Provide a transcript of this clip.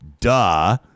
Duh